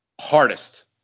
hardest